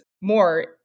more